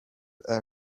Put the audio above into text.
air